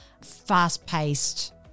fast-paced